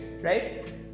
right